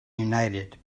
united